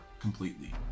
completely